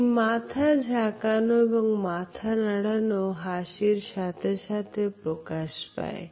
এই মাথা ঝাকালো এবং মাথা নাড়ানো হাসির সাথে সাথে প্রকাশ পায়